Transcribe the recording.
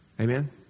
Amen